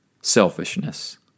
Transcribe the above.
selfishness